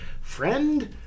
friend